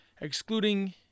excluding